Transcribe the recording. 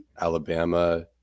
Alabama